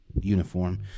uniform